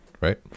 right